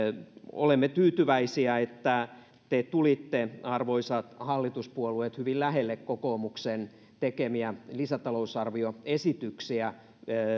olemme tyytyväisiä siihen että te tulitte arvoisat hallituspuolueet hyvin lähelle kokoomuksen tekemiä lisätalousarvioesityksiä